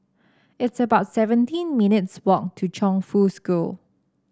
it's about seventeen minutes' walk to Chongfu School